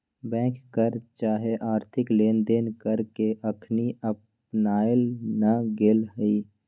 bank कर चाहे आर्थिक लेनदेन कर के अखनी अपनायल न गेल हइ